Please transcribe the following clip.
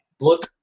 look